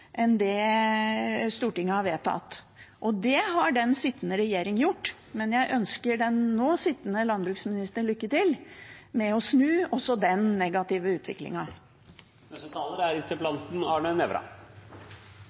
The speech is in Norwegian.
enn det Stortinget har vedtatt. Det har den sittende regjering gjort. Men jeg ønsker den nå sittende landbruksministeren lykke til med å snu også den negative